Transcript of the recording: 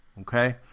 Okay